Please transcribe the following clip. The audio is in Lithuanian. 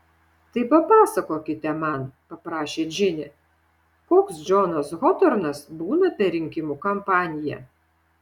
tai papasakokite man paprašė džinė koks džonas hotornas būna per rinkimų kampaniją